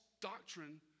doctrine